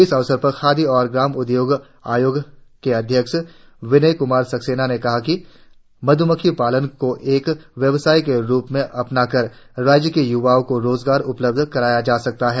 इस अवसर पर खादी और ग्राम उद्योग आयोग अध्यक्ष विनय कुमार सक्सेना ने कहा कि मध्रमक्खी पालन को एक व्यवसाय के रुप में अपना कर राज्य के युवाओं को रोजगार उपलब्ध कराया जा सकता है